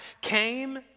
came